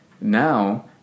now